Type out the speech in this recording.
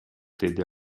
деди